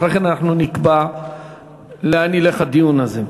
אחרי כן אנחנו נקבע לאן ילך הדיון הזה.